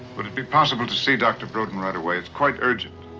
would it be possible to see dr. broden right away? it's quite urgent.